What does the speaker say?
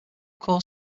cause